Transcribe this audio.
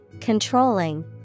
controlling